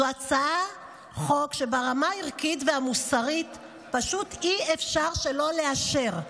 זו הצעת חוק שברמה הערכית והמוסרית פשוט אי-אפשר שלא לאשר.